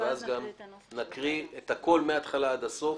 אז גם נקריא את הכול מהתחלה ועד הסוף.